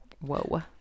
Whoa